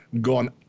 Gone